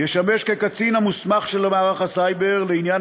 ישמש כקצין המוסמך של מערך הסייבר לעניין